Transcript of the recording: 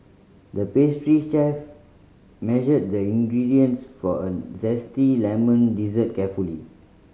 the pastry chef measured the ingredients for a zesty lemon dessert carefully